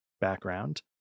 background